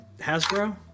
Hasbro